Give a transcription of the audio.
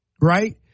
right